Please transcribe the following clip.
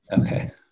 Okay